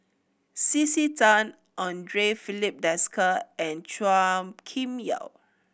C C Tan Andre Filipe Desker and Chua Kim Yeow